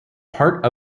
part